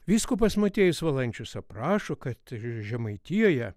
vyskupas motiejus valančius aprašo kad ir žemaitijoje